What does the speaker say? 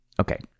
Okay